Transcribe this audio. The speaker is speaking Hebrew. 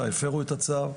הפרו את הצו,